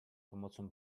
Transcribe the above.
pomocą